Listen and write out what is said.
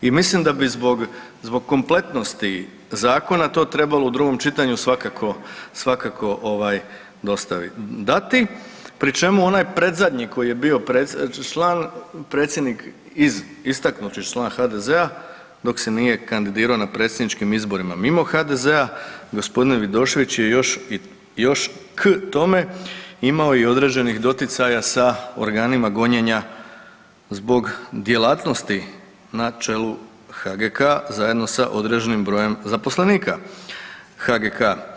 I mislim da bi zbog kompletnosti zakona to trebalo u drugom čitanju svakako dati, pri čemu onaj predzadnji koji je bio član predsjednik iz, istaknuti član HDZ-a dok se nije kandidirao na predsjedničkim izborima mimo HDZ-a, gospodin Vidošević je još k tome imao i određenih doticaja sa organima gonjenja zbog djelatnosti na čelu HGK zajedno sa određenim brojem zaposlenika HGK.